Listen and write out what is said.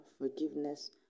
forgiveness